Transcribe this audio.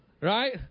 Right